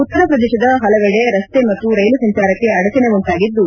ಉತ್ತರ ಪ್ರದೇಶದ ಹಲವೆಡೆ ರಸ್ತೆ ಮತ್ತು ರೈಲು ಸಂಚಾರಕ್ಕೆ ಅಡಚಣೆ ಉಂಟಾಗಿದ್ದು